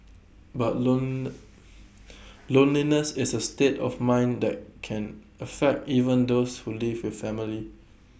but lonely loneliness is A state of mind that can affect even those who live with family